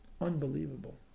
unbelievable